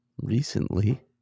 recently